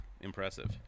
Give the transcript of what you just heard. Impressive